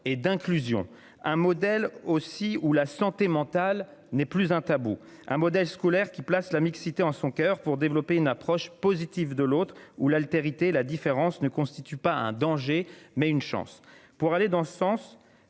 et d'inclusion un modèle aussi ou la santé mentale n'est plus un tabou. Un modèle scolaire qui place la mixité en son coeur pour développer une approche positive de l'autre ou l'altérité. La différence ne constitue pas un danger, mais une chance pour aller dans le sens